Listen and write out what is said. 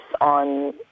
on